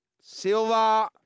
Silver